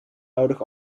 nodig